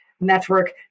network